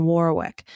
Warwick